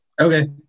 Okay